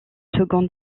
seconde